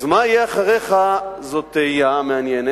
אז "מה יהיה אחריך" זו תהייה מעניינת,